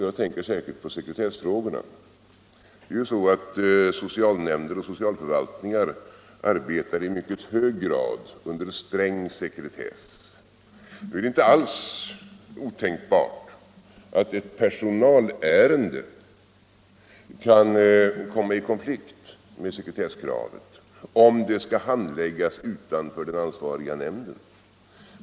Jag tänker särskilt på sekretessfrågorna. Socialnämnder och socialförvaltningar arbetar i mycket hög grad under sträng sekretess. Nu är det inte alls otänkbart att ett personalärende kan komma i konflikt med sekretesskravet, om det skall handläggas utanför den ansvariga nämnden.